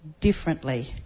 differently